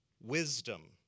wisdom